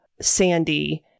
Sandy